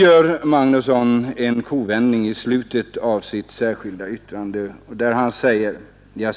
Men i slutet av sitt särskilda yttrande gör Erik Magnusson en kovändning.